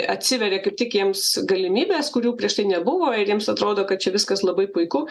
atsiveria kaip tik jiems galimybės kurių prieš tai nebuvo ir jiems atrodo kad čia viskas labai puiku